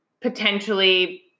potentially